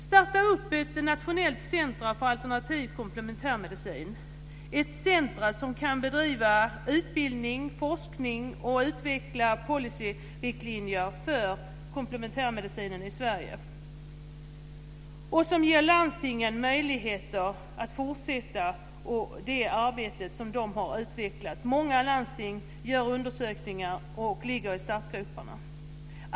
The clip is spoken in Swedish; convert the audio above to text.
Starta ett nationellt centrum för alternativ och komplementärmedicin, ett centrum som kan bedriva utbildning, forskning och utveckla policyriktlinjer för komplementärmedicinen i Sverige och som ger landstingen möjligheter att fortsätta det arbete som de har utvecklat. Många landsting gör undersökningar och ligger i startgroparna.